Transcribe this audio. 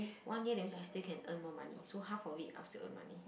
one year that means I still can earn more money so half of it I'll still earn money